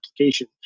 application